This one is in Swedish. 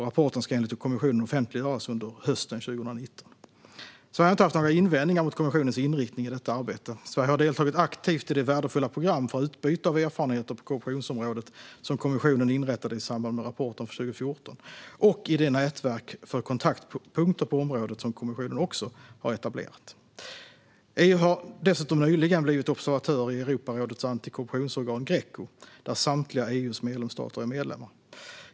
Rapporten ska enligt kommissionen offentliggöras under hösten 2019. Sverige har inte haft några invändningar mot kommissionens inriktning i detta arbete. Sverige har deltagit aktivt i det värdefulla program för utbyte av erfarenheter på korruptionsområdet som kommissionen inrättade i samband med rapporten från 2014 och i det nätverk för kontaktpunkter på området som kommissionen också har etablerat. EU har dessutom nyligen blivit observatör till Europarådets antikorruptionsorgan Greco, där samtliga EU:s medlemsstater är medlemmar.